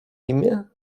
imię